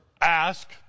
Ask